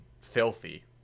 filthy